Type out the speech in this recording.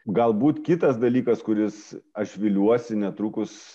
galbūt kitas dalykas kuris aš viliuosi netrukus